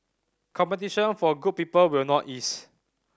competition for good people will not ease